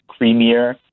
creamier